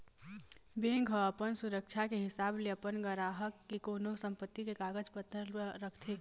bank ह अपन सुरक्छा के हिसाब ले अपन गराहक के कोनो संपत्ति के कागज पतर ल रखथे